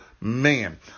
man